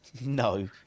No